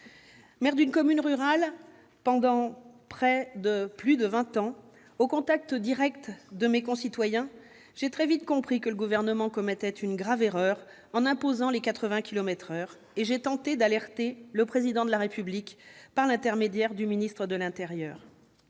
Maire d'une commune rurale pendant plus de vingt ans, au contact direct de mes concitoyens, j'ai très vite compris que le Gouvernement commettait une grave erreur en imposant les 80 kilomètres par heure et j'ai tenté d'alerter le Président de la République, par l'intermédiaire du ministre de l'intérieur.